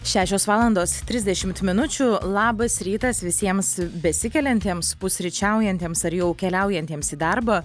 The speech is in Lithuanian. šešios valandos trisdešimt minučių labas rytas visiems besikeliantiems pusryčiaujantiems ar jau keliaujantiems į darbą